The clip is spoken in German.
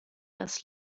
das